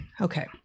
Okay